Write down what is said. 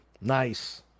Nice